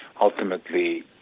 ultimately